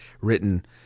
written